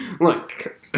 Look